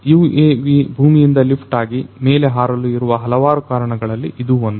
UAV ಭೂಮಿಯಿಂದ lift ಆಗಿ ಮೇಲೆ ಹಾರಲು ಇರುವ ಹಲವಾರು ಕಾರಣಗಳಲ್ಲಿ ಇದು ಒಂದು